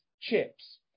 chips